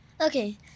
Okay